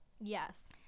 Yes